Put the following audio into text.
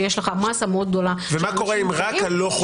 שיש לך מסה מאוד גדולה של אנשים חולים,